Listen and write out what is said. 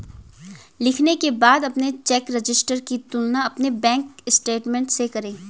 लिखने के बाद अपने चेक रजिस्टर की तुलना अपने बैंक स्टेटमेंट से करें